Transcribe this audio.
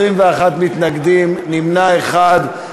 21 מתנגדים, נמנע אחד.